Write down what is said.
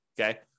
Okay